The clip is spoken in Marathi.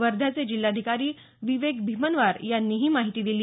वर्ध्याचे जिल्हाधिकारी विवेक भीमनवार यांनी ही माहिती दिली